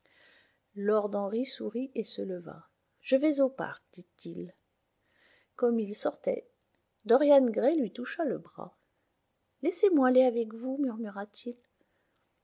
lord henry sourit et se leva je vais au parc dit-il comme il sortait dorian gray lui toucha le bras laissez-moi aller avec vous